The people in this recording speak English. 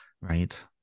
right